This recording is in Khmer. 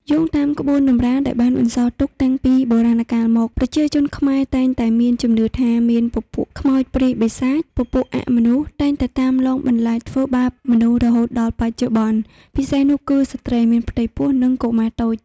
យោងតាមក្បូនតម្រាដែលបានបន្សល់ទុកតាំងពីបុរាណកាលមក ប្រជាជនខ្មែរតែងតែមានជំនឿថាមានពពូក ខ្មោច ព្រាយបិសាច ពពួកអមនុស្ស តែងតែតាមលងបន្លាចធ្វើបាបមនុស្សរហូតដល់បច្ចុប្បន្ន ពិសេសនោះស្ត្រីមានផ្ទៃពោះនិងកុមារតូច